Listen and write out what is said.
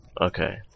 Okay